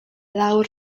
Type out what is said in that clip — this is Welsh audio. lawr